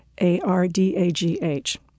A-R-D-A-G-H